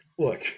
Look